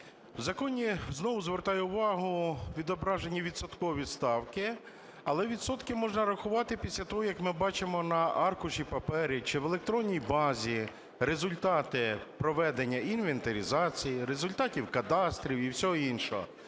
в законі, знову звертаю увагу, відображені відсоткові ставки. Але відсотки можна рахувати після того, як ми бачимо на аркуші паперу чи в електронній базі результати проведення інвентаризації, результатів кадастрів і всього іншого,